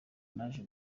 naje